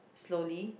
slowly